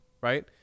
right